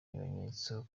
ibimenyetso